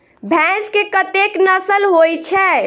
भैंस केँ कतेक नस्ल होइ छै?